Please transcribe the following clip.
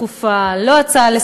לא שאילתה דחופה,